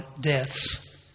deaths